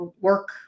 work